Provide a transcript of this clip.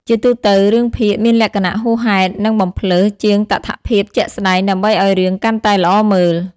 ជាទូទៅ រឿងភាគមានលក្ខណៈហួសហេតុនិងបំផ្លើសជាងតថភាពជាក់ស្តែងដើម្បីឲ្យរឿងកាន់តែល្អមើល។